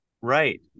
right